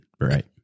Right